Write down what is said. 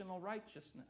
righteousness